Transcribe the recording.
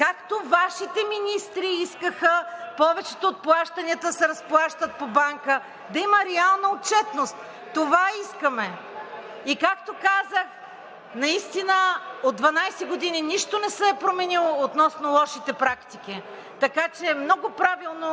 както Вашите министри искаха повечето от плащанията да се разплащат по банка, да има реална отчетност, това искаме. Както казах, наистина от 12 години нищо не се е променило относно лошите практики. Много правилно